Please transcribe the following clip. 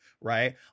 Right